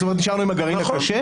זאת אומרת, נשארנו עם הגרעין הקשה.